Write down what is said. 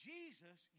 Jesus